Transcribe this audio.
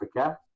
Africa